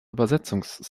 übersetzungs